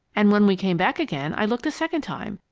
and when we came back again, i looked a second time,